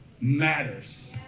matters